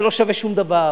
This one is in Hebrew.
שלא שווה שום דבר,